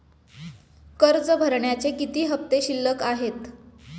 कर्ज भरण्याचे किती हफ्ते शिल्लक आहेत?